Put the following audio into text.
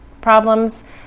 problems